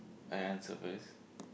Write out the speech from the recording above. I answer first